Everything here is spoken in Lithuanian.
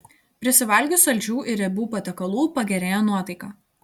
prisivalgius saldžių ir riebių patiekalų pagerėja nuotaika